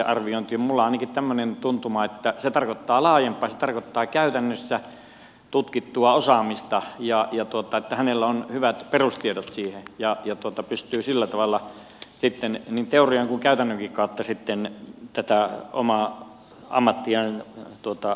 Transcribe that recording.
minulla on ainakin tämmöinen tuntuma että se tarkoittaa laajempaa käytännössä tutkittua osaamista että on hyvät perustiedot ja pystyy sillä tavalla sitten niin teorian kuin käytännönkin kautta tätä omaa ammattiaan suorittamaan